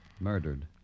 Murdered